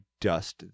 dust